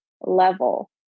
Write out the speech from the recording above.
level